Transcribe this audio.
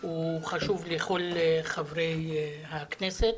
הוא חשוב לכל חברי הכנסת.